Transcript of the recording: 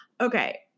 Okay